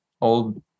old